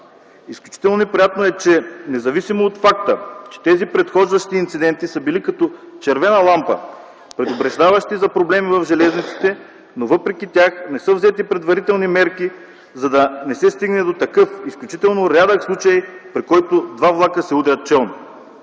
Изключително неприятно е, че независимо от факта, че тези предхождащи инциденти са били като червена лампа, предупреждаващи за проблеми в железниците, но въпреки тях не са взети предварителни мерки, за да не се стигне до такъв изключително рядък случай, при който два влака се удрят челно.